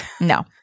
No